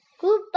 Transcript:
Goodbye